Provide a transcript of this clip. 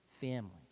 families